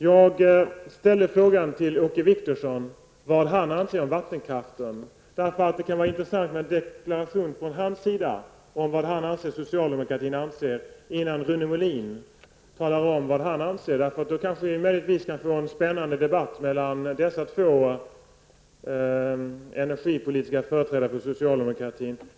Jag ställde frågan till Åke Wictorsson vad han anser om vattenkraften, för det kan ha ett visst intresse med en deklaration från hans sida om vad socialdemokratin anser innan Rune Molin talar om vad han anser. På det sättet kanske vi kan få en spännande debatt mellan dessa två energipolitiska företrädare för socialdemokratin.